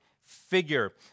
figure